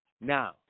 Now